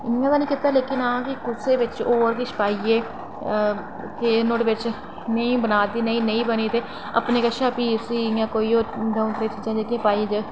ते इंया निं कीता आं कुसै होर बिच पाइयै में बनांदी ते नेईं बनी ते अपने कशा दंऊ त्रैऽ चीज़ां पाइयै